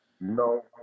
No